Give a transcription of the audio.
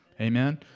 Amen